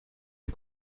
des